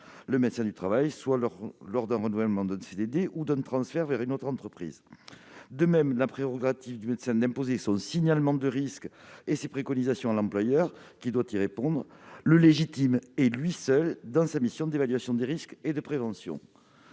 lui seul, du licenciement lors du renouvellement d'un CDD ou d'un transfert vers une autre entreprise. De même, la prérogative du médecin d'imposer son signalement de risque et ses préconisations à l'employeur, qui doit y répondre, le légitime, seul, dans ses missions d'évaluation des risques et de prévention.